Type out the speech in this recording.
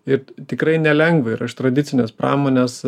ir tikrai nelengva ir iš tradicinės pramonės